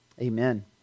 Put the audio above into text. Amen